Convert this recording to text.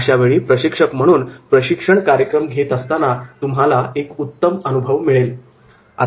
अशावेळी प्रशिक्षक म्हणून प्रशिक्षण कार्यक्रम घेत असताना तुम्हाला एक उत्तम अनुभव मिळेल